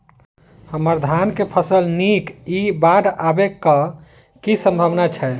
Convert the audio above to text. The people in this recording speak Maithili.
हम्मर धान केँ फसल नीक इ बाढ़ आबै कऽ की सम्भावना छै?